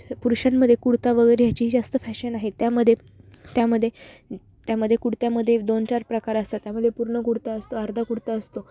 पुरुषांमध्ये कुर्ता वगैरे ह्याची जास्त फॅशन आहे त्यामध्ये त्यामध्ये त्यामध्ये कुर्त्यामध्ये दोन चार प्रकार असतात त्यामध्ये पूर्ण कुर्ता असतो अर्धा कुर्ता असतो